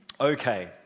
Okay